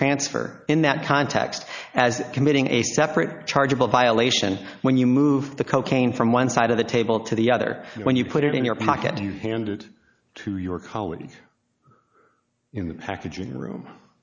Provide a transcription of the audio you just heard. transfer in that context as committing a separate charge of a violation when you move the cocaine from one side of the table to the other and when you put it in your pocket and handed to your colleague in the packaging room